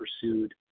pursued